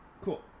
Cool